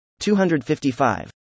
255